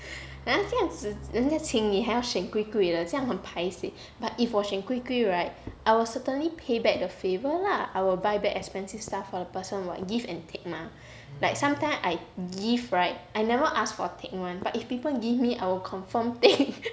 ah 这样子人家请你还要选贵贵的这样很 paiseh but if 我需要选贵贵 right right I will certainly pay back the favour lah I will buy back expensive stuff for the person what give and take mah like sometimes I give right I never asked for take one but if people give me I will confirm take